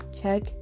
check